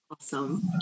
Awesome